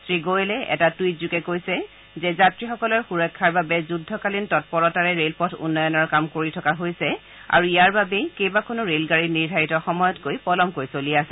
শ্ৰীগোৱেলে এটা টুইট যোগে কৈছে যে যাত্ৰীসকলৰ সুৰক্ষাৰ বাবে যুদ্ধকালীন তৎপৰতাৰে ৰেলপথ উন্নয়নৰ কাম কৰি থকা হৈছে আৰু ইয়াৰ বাবেই কেইবাখনো ৰেলগাড়ী নিৰ্ধাৰিত সময়তকৈ পলমকৈ চলি আছে